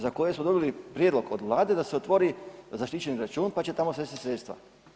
Za koje smo dobili prijedlog od Vlade da se otvori zaštićeni račun pa će tamo sjesti sredstva.